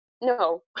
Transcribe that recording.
no